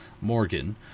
Morgan